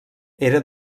era